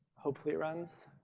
hopefully, it runs.